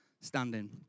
standing